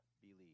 believe